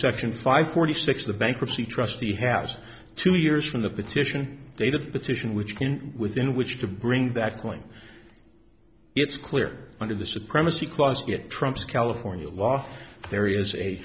section five forty six the bankruptcy trustee has two years from the petition date of petition which can within which to bring that claim it's clear under the supremacy clause it trumps california law there is a